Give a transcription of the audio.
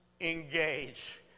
engage